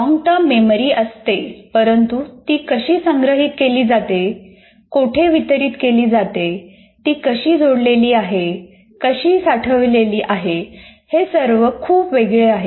long term memory असते परंतु ती कशी संग्रहित केली जाते कोठे वितरित केली जाते ती कशी जोडलेली आहे कशी साठवलेली आहे हे सर्व खुप वेगळे आहे